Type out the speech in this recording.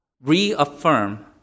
reaffirm